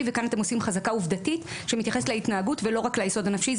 וכאן אתם עושים חזקה עובדתית שמתייחסת להתנהגות ולא רק ליסוד הנפשי.